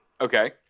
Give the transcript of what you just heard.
okay